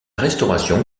restauration